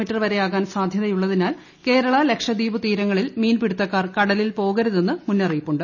me വരെ ആകാൻ സാധ്യതയുള്ളതിനാൽ കേരള ലക്ഷദ്വീപ് തീരങ്ങളിൽ മീൻപ്പിട്ടുത്ത്ക്കാർ കടലിൽ പോകരുതെന്ന് മുന്നറിയിപ്പുണ്ട്